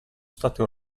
state